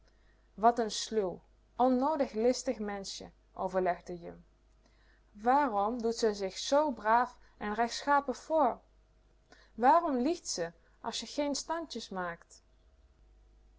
wat n sluw onnoodig listig menschje overlegde je waarom doet ze zich zoo braaf en rechtschapen voor waarom liegt ze als je géén standjes maakt